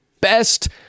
best